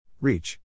Reach